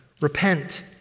repent